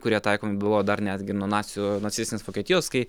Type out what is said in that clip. kurie taikomi biuvo dar netgi ir nuo nacių nacistinės vokietijos kai